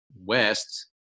West